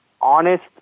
honest